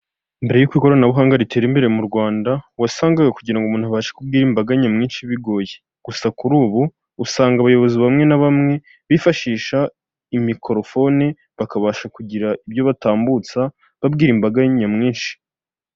Mbere y'uko ikoranabuhanga ritera imbere mu Rwanda, wasangaga kugira ngo umuntu abashe kubwira imbaga nyamwinshi bigoye, gusa kuri ubu usanga abayobozi bamwe na bamwe bifashisha imikorofone bakabasha kugira ibyo batambutsa babwira imbaga nyamwinshi.